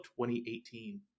2018